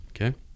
Okay